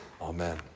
Amen